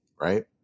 right